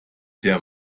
der